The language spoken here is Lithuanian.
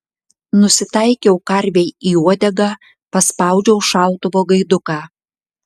nusitaikiau karvei į uodegą paspaudžiau šautuvo gaiduką